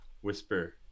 whisper